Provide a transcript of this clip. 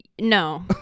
No